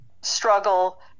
struggle